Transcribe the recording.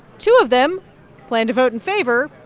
two of them plan to vote in favor.